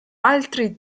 altri